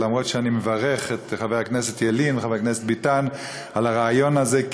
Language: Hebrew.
למרות ברכתי לחבר הכנסת ילין ולחבר הכנסת ביטן על הרעיון הזה,